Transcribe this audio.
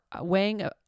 weighing